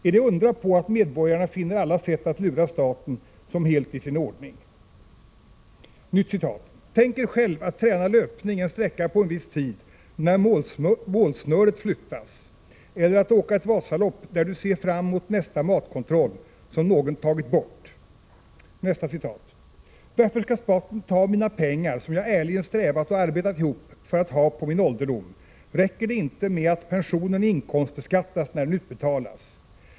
Är det att undra på att medborgarna finner alla sätt att lura staten som helt i sin ordning?” ”Tänk Er själv att träna löpning en sträcka på en viss tid där målsnöret flyttas, eller att åka ett Vasalopp där Du ser fram emot nästa matkontroll som någon tagit bort.” ”Varför skall staten ta mina pengar som jag ärligen strävat och arbetat ihop för att ha på min ålderdom? Räcker det inte med att pensionen inkomstbeskattas när den utbetalas?